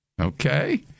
Okay